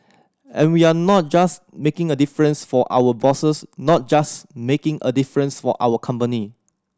and we are not just making a difference for our bosses not just making a difference for our company